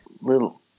little